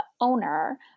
owner